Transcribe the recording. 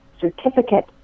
certificate